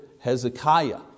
Hezekiah